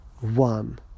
one